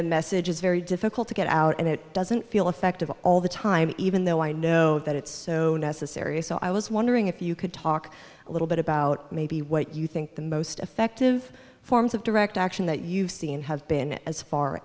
the message is very difficult to get out and it doesn't feel effective all the time even though i know that it's so necessary so i was wondering if you could talk a little bit about maybe what you think the most effective forms of direct action that you've seen have been as far